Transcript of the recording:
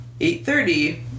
8.30